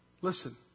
listen